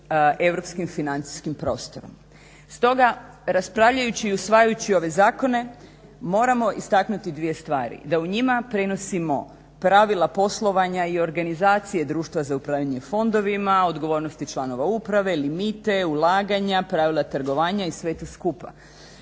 europskim financijskim prostorom. Stoga raspravljajući i usvajajući ove zakone moramo istaknuti dvije stvari da u njima prenosimo pravila poslovanja i organizacije Društva za upravljanje fondovima, odgovornosti članova uprave, limite, ulaganja, pravila trgovanja i sve to skupa.